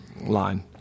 line